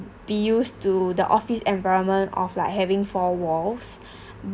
be used to the office environment of like having four walls